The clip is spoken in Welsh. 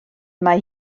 mae